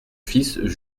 fils